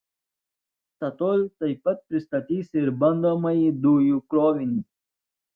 statoil taip pat pristatys ir bandomąjį dujų krovinį